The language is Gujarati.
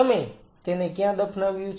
તમે તેને ક્યાં દફનાવ્યું છે